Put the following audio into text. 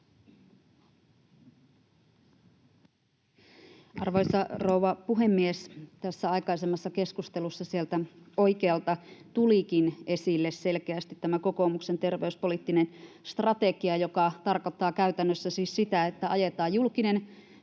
Arvoisa rouva puhemies! Tässä aikaisemmassa keskustelussa sieltä oikealta tulikin esille selkeästi tämä kokoomuksen terveyspoliittinen strategia, joka tarkoittaa käytännössä siis sitä, että ajetaan julkinen